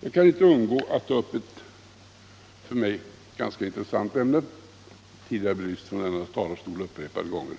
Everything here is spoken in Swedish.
Jag kan inte undgå att tå upp ett för mig ganska intressant ämne, tidigare belyst från denna talarstol upprepade gånger: